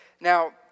Now